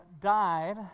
died